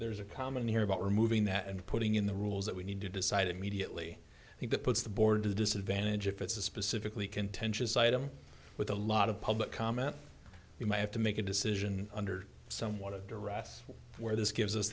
there's a common here about removing that and putting in the rules that we need to decide immediately and that puts the board to the disadvantage if it's a specifically contentious item with a lot of public comment you might have to make a decision under somewhat of darius where this gives us